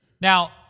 Now